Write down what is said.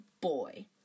Boy